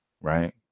Right